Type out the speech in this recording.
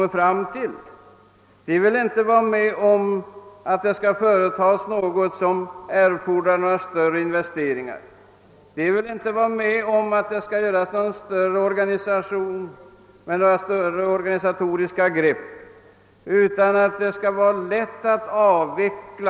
Utskottet vill därmed inte vara med om att göra något som medför investeringar eller några kraftigare organisatoriska grepp, utan verksamheten skall vara lätt att avveckla.